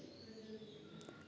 അഭിപ്രായങ്ങളും